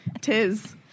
Tis